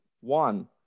One